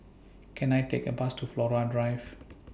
Can I Take A Bus to Flora Drive